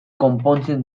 konpontzen